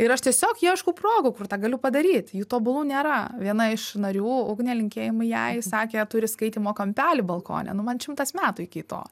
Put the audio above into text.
ir aš tiesiog ieškau progų kur tą galiu padaryt jų tobulų nėra viena iš narių ugnė linkėjimai jai sakė turi skaitymo kampelį balkone nu man šimtas metų iki to